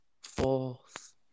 Fourth